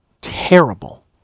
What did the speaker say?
terrible